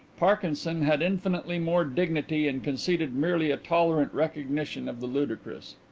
parkinson had infinitely more dignity and conceded merely a tolerant recognition of the ludicrous.